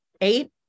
eight